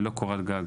ללא קורת גג.